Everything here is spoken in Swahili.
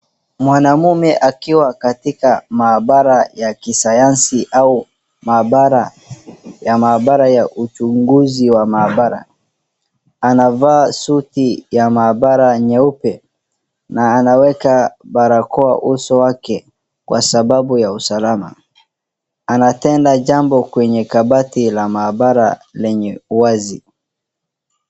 Mwanamume akiwa katika maabara ya kisayansi au maabara ya uchunguzi ya maabara. Anavaa suti ya maabara nyeupe na anaweka barakoa uso wake kwa sababu ya usalama ,anatenda jambo kwenye kabati la maabara wazi.